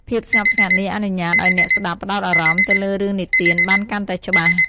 ភាពស្ងប់ស្ងាត់នេះអនុញ្ញាតឲ្យអ្នកស្ដាប់ផ្ដោតអារម្មណ៍ទៅលើរឿងនិទានបានកាន់តែច្បាស់។